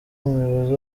umuyobozi